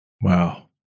Wow